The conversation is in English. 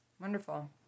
Wonderful